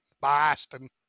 Boston